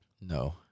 No